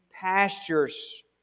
pastures